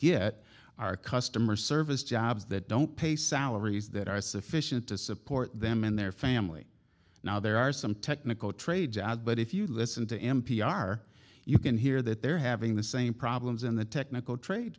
get our customer service jobs that don't pay salaries that are sufficient to support them and their family now there are some technical trades out but if you listen to m p r you can hear that they're having the same problems in the technical trade